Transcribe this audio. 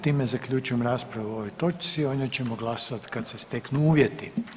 Time zaključujem raspravu o ovoj točci, o njoj ćemo glasovati kad se steknu uvjeti.